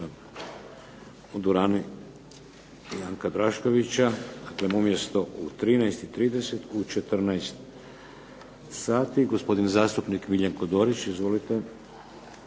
u dvorani Janka Draškovića. Dakle umjesto u 13 i 30 u 14 sati. Gospodin zastupnik Miljenko Dorić. Izvolite.